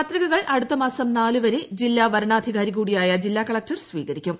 പത്രികകൾ അടുത്തമാസം നാലുവരെ ജില്ലാ വരണാധികാരി കൂടിയായ ജില്ലാ കലക്ടർ സ്വീകരിക്കും